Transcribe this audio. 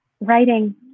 Writing